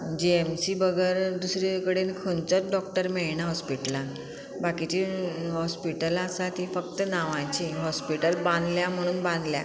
जी M C बगर दुसरे कडेन खंयचोच डॉक्टर मेयणा हॉस्पिटलांत बाकीचीं हॉस्पिटलां आसा तीं फक्त नांवाचीं हॉस्पिटल बांदल्या म्हणून बांदल्या